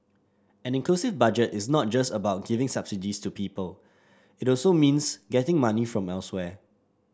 an inclusive Budget is not just about giving subsidies to people it also means getting money from elsewhere